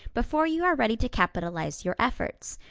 before you are ready to capitalize your efforts,